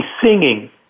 singing